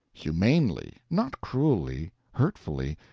humanely, not cruelly, hurtfully,